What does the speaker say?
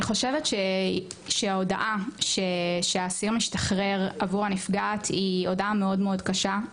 אני חושבת שההודעה שהאסיר משתחרר עבור הנפגעת היא הודעה מאוד מאוד קשה,